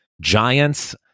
giants